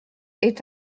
est